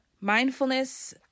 Mindfulness